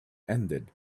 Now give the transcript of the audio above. ended